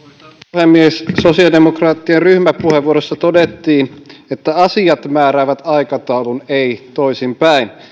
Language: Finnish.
puhemies sosiaalidemokraattien ryhmäpuheenvuorossa todettiin että asiat määräävät aikataulun ei toisinpäin